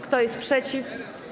Kto jest przeciw?